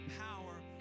power